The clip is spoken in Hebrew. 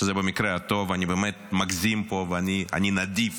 שזה במקרה הטוב, אני באמת מגזים פה, ואני נדיב